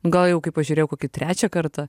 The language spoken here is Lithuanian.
gal jau kai pažiūrėjau kokį trečią kartą